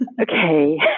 Okay